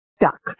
duck